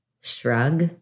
shrug